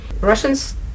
Russians